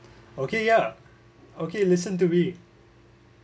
okay ya listen to me